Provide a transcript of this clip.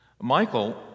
Michael